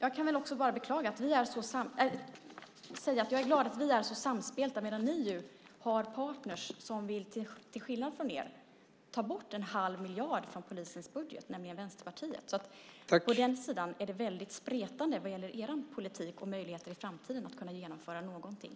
Jag kan också bara säga att jag är glad att vi är så samspelta medan ni ju har partners som till skillnad från er vill ta bort 1⁄2 miljard från polisens budget, nämligen Vänsterpartiet. På den sidan är det väldigt spretande vad gäller er politik och möjligheten i framtiden att kunna genomföra någonting.